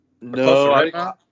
No